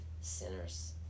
sinners